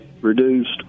reduced